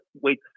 wait